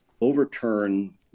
overturn